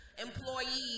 employees